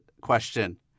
question